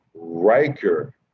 Riker